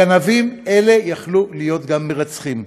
הגנבים האלה יכלו להיות גם מרצחים.